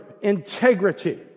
integrity